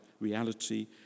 reality